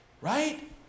Right